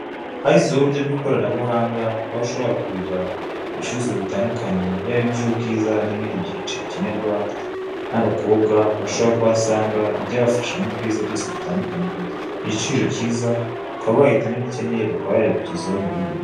Hashyizweho uburyo bw'ikoranabuhanga, aho ushobora kugurira ibicuruzwa bitandukanye, yaba iby'ubwiza, n'ibindi byinshi bikenerwa, nk'abakobwa bashobora kuhasanga ibyo bafisha mu bwiza by'ubwoko butandukanye, ku giciro cyiza ukaba wahitamo ibyo ukeneye, bakaba babikugezaho mu rugo.